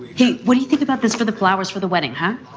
hey. what do you think about this? for the flowers, for the wedding, huh?